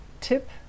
tip